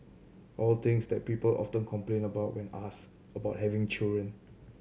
all things that people often complain about when asked about having children